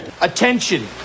Attention